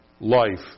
life